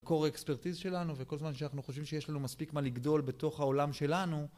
קור אקספרטיז שלנו, וכל זמן שאנחנו חושבים שיש לנו מספיק מה לגדול בתוך העולם שלנו